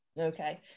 okay